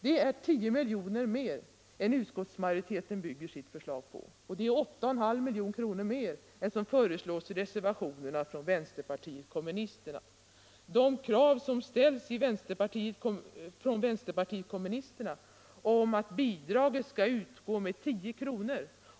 Det är 10 miljoner mer än utskottsmajoriteten bygger sitt förslag på, och det är 8,5 milj.kr. mer än som föreslås i reservationerna från vänsterpartiet kommunisterna. De krav som ställs av vänsterpartiet kommunisterna om att bidraget skall utgå med 10 kr.